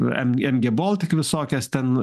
mg baltic visokias ten